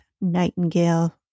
Nightingale